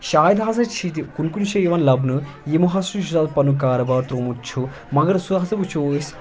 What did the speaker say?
شاید ہَسا چھِ تِم کُنہِ کُنہِ جایہِ یِوان لَبنہٕ یِمو ہَسا چھُ آسان پَنُن کاربار ترومُت چھُ مگر سُہ ہَسا وُچھو أسۍ